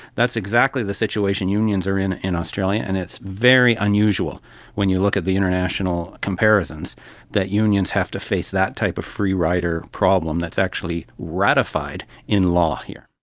that's exactly the situation unions are in in australia and it's very unusual when you look at the international comparisons that unions have to face that type of free rider problem that's actually ratified in law here.